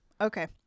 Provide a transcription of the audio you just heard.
okay